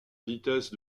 vitesse